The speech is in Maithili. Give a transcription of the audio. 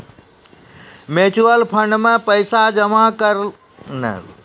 म्यूचुअल फंड मे पैसा जमा करला से कहियो कहियो घाटा भी लागी जाय छै